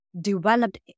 developed